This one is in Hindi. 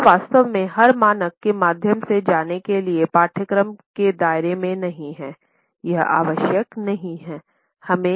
अब यह वास्तव में हर मानक के माध्यम से जाने के लिए पाठ्यक्रम के दायरे में नहीं है यह आवश्यक नहीं है